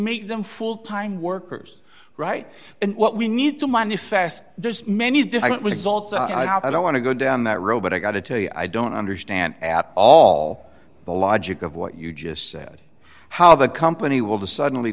make them full time workers right and what we need to money fast there's many different results i don't want to go down that road but i got to tell you i don't understand at all the logic of what you just said how the company will to suddenly